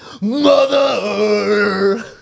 mother